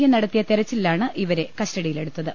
A ് നടത്തിയ തെരച്ചിലിലാണ് ഇവരെ കസ്റ്റഡിയിലെടുത്തത്